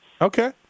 Okay